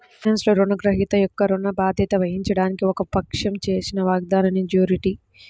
ఫైనాన్స్లో, రుణగ్రహీత యొక్క ఋణ బాధ్యత వహించడానికి ఒక పక్షం చేసిన వాగ్దానాన్నిజ్యూరిటీ